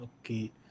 okay